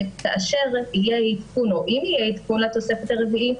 שכאשר יהיה עדכון או אם יהיה עדכון לתוספת הרביעית,